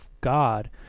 God